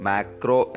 Macro